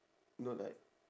not like